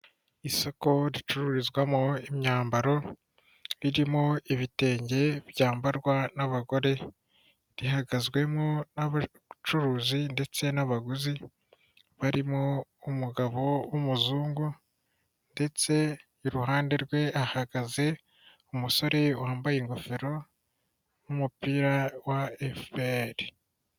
Isoko ricururizwamo imyambaro, ririmo ibitenge byambarwa n'abagore, rihagazwemo n'abacuruzi ndetse n'abaguzi barimo umugabo w'umuzungu ndetse iruhande rwe hahagaze umusore wambaye ingofero n'umupira wa efupeyeri.